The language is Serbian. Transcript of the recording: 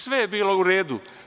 Sve je bilo uredu.